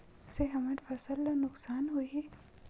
से हमर फसल ला नुकसान होही?